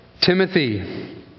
Timothy